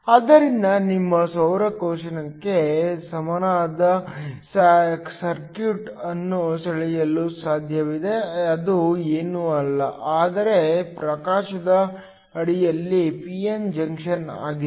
ಆದ್ದರಿಂದ ನಿಮ್ಮ ಸೌರ ಕೋಶಕ್ಕೆ ಸಮಾನವಾದ ಸರ್ಕ್ಯೂಟ್ ಅನ್ನು ಸೆಳೆಯಲು ಸಾಧ್ಯವಿದೆ ಅದು ಏನೂ ಅಲ್ಲ ಆದರೆ ಪ್ರಕಾಶದ ಅಡಿಯಲ್ಲಿ ಪಿ ಎನ್ ಜಂಕ್ಷನ್ ಆಗಿದೆ